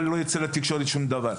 אבל לא יוצא לתקשורת שום דבר.